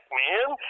man